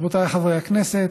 רבותיי חברי הכנסת,